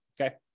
okay